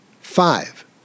Five